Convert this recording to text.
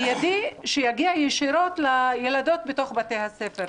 מידי שיגיע ישירות לילדות בתוך בתי הספר.